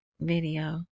video